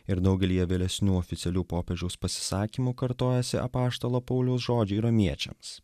ir daugelyje vėlesnių oficialių popiežiaus pasisakymų kartojasi apaštalo pauliaus žodžiai romiečiams